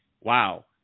Wow